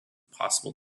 possible